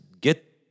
get